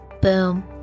Boom